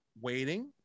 Waiting